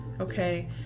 okay